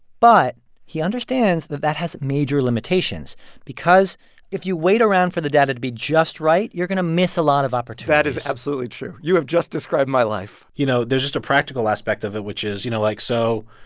but he understands that that has major limitations because if you wait around for the data to be just right, you're going to miss a lot of opportunities that is absolutely true. you have just described my life you know, there's just a practical aspect of it, which is, you know, like, so,